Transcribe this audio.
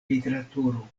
literaturo